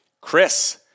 Chris